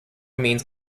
means